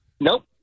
nope